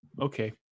okay